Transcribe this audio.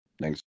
Thanks